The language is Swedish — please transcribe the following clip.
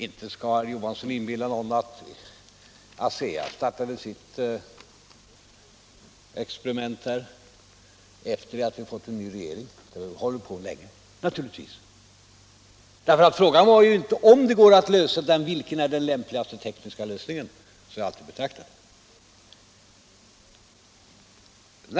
Inte skall herr Johansson inbilla någon att ASEA startade sitt experiment efter att vi hade fått en ny regering. De hade hållit på länge naturligtvis. Frågan var inte om det går att lösa problemet, utan vilken är den lämpligaste tekniska lösningen. Så har jag alltid betraktat det.